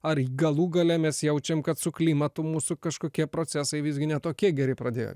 ar galų gale mes jaučiam kad su klimatu mūsų kažkokie procesai visgi ne tokie geri pradėjo